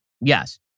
Yes